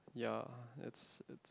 yeah it's it's